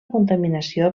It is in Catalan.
contaminació